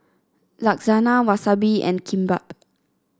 Lasagna Wasabi and Kimbap